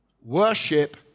Worship